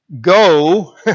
go